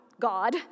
God